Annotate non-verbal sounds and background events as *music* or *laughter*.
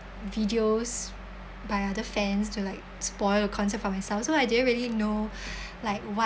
videos by other fans to like spoil the concert for myself so I didn't really know *breath* like what